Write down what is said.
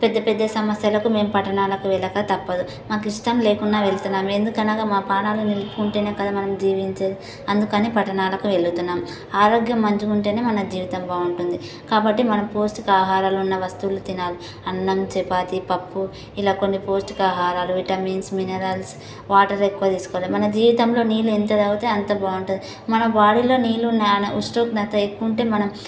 పెద్ద పెద్ద సమస్యలకు మేము పట్టణాలకు వెళ్ళక తప్పదు మాకు ఇష్టం లేకుండా వెళ్తున్నాము ఎందుకనగా మా ప్రాణాలను నిలుపుకుంటేనే కదా మనం జీవించేది అందుకని పట్టణాలకు వెళ్తున్నాము ఆరోగ్యం మంచిగా ఉంటేనే మన జీవితం బాగుంటుంది కాబట్టి మనం పౌష్టిక ఆహారాలు ఉన్న వస్తువులు తినాలి అన్నం చపాతి పప్పు ఇలా కొన్ని పౌష్టిక ఆహారాలు విటమిన్స్ మినరల్స్ వాటర్ ఎక్కువ తీసుకోవాలి మన జీవితంలో నీళ్ళు ఎంత తాగితే అంత బాగుంటుంది మన బాడీలో నీళ్ళు ఉష్ణోగ్రత ఎక్కువ ఉంటే మనం